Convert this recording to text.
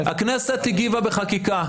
הכנסת הגיבה בחקיקה,